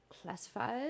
classified